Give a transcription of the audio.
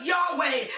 Yahweh